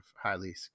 highly